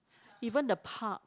even the park